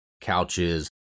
couches